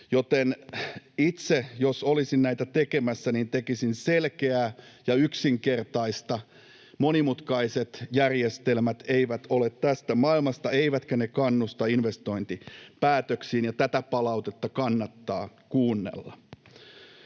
Itse, jos olisin näitä tekemässä, tekisin selkeää ja yksinkertaista — monimutkaiset järjestelmät eivät ole tästä maailmasta, eivätkä ne kannusta investointipäätöksiin. Tätä palautetta kannattaa kuunnella.